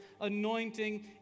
anointing